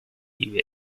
vive